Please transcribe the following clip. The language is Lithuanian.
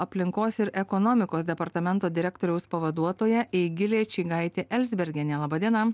aplinkos ir ekonomikos departamento direktoriaus pavaduotoja eigilė čingaitė elzbergienė laba diena